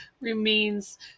remains